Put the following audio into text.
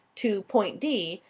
to point d,